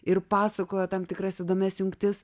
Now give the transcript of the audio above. ir pasakojo tam tikras įdomias jungtis